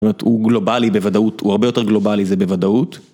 זאת אומרת, הוא גלובלי בוודאות, הוא הרבה יותר גלובלי זה בוודאות.